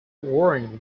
worn